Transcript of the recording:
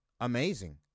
Amazing